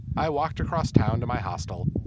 i walked across town to my hostel.